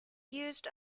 used